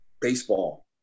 baseball